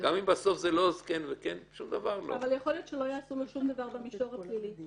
יכול להיות שלא יעשו לו שום דבר במישור הפלילי,